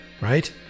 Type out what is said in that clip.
right